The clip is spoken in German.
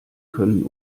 können